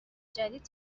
جدید